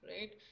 right